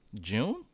June